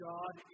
God